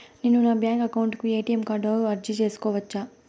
నేను నా bank account కు ఎ.టి.ఎం కార్డు అర్జీ సేసుకోవచ్చా?